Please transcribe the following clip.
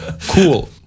cool